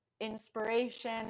inspiration